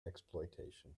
exploitation